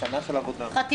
אנחנו כל היום חושדים.